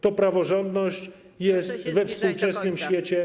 To praworządność jest we współczesnym świecie.